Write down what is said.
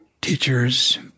teachers